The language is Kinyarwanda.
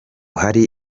hari